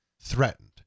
threatened